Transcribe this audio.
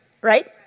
Right